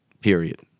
Period